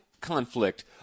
conflict